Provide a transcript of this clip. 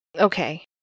Okay